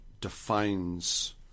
defines